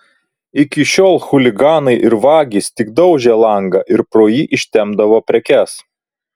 iki šiol chuliganai ir vagys tik daužė langą ir pro jį ištempdavo prekes